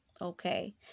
okay